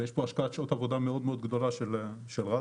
ויש פה השקעת שעות עבודה מאוד מאוד גדולה של רת"א.